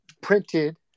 printed